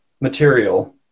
material